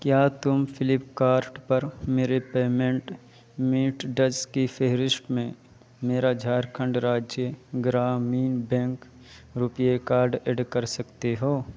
کیا تم فلپکارٹ پر میرے پیمینٹ میتھڈز کی فہرست میں میرا Jharkhand Rajya Gramin Bank RuPay card add کر سکتے ہو